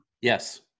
yes